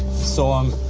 so um